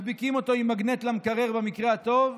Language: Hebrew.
מדביקים אותו עם מגנט למקרר במקרה הטוב,